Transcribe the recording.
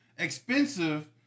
expensive